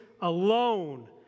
alone